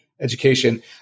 education